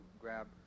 grab